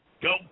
go